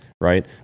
right